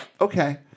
Okay